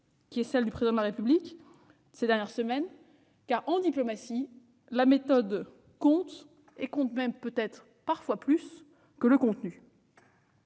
qui a été celle du Président de la République ces dernières semaines, car en diplomatie la méthode compte peut-être parfois plus que le contenu.